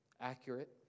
accurate